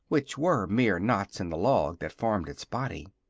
which were mere knots in the log that formed its body.